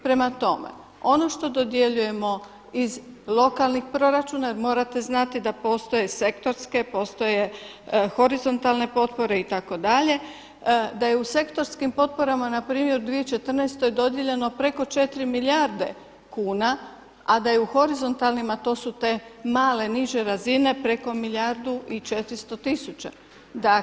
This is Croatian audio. Prema tome, ono što dodjeljujemo iz lokalnih proračuna jer morate znati da postoje sektorske, postoje horizontalne potpore itd., da je u sektorskim potporama na primjer u 2014. dodijeljeno preko 4 milijarde kuna, a da je u horizontalnim, a to su te male niže razine preko milijardu i 400 tisuća.